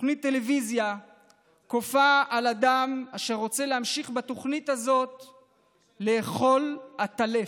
תוכנית טלוויזיה כופה על אדם אשר רוצה להמשיך בתוכנית לאכול עטלף.